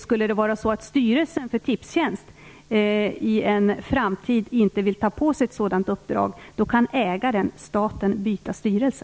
Skulle styrelsen för Tipstjänst i en framtid inte vilja ta på sig ett sådant uppdrag kan ägaren - staten - byta styrelse.